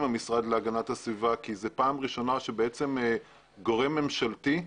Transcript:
המשרד להגנת הסביבה כי זאת פעם ראשונה שגורם ממשלתי,